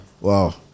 Wow